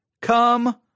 come